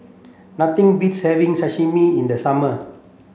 nothing beats having Sashimi in the summer